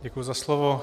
Děkuji za slovo.